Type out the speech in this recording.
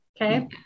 Okay